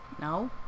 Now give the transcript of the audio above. no